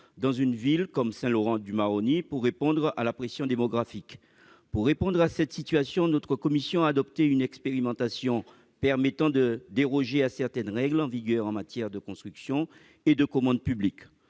dans une ville comme Saint-Laurent-du-Maroni pour répondre à la pression démographique. Face à cette situation, notre commission a adopté une expérimentation permettant de déroger à certaines règles en vigueur en matière de construction et de commande publique.